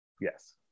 Yes